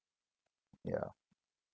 ya